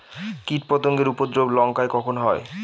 কীটপতেঙ্গর উপদ্রব লঙ্কায় কখন হয়?